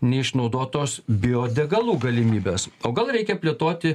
neišnaudotos biodegalų galimybės o gal reikia plėtoti